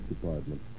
department